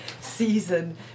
season